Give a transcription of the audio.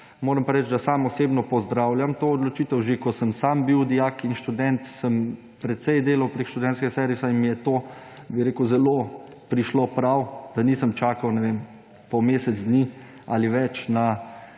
Moram pa reči, da sam osebno pozdravljam to odločitev. Že ko sem bil sam dijak in študent, sem precej delal prek študentskega servisa in mi je to prišlo zelo prav, da nisem čakal, ne vem, po mesec dni ali več na